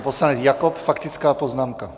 Pan poslanec Jakob, faktická poznámka.